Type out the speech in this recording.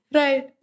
right